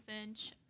Finch